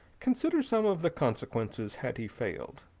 consider some of the consequences had he failed.